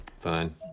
Fine